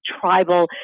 tribal